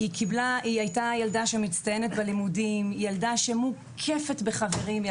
היא היתה ילדה מצטיינת בלימודים, מוקפת בחברים.